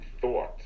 thought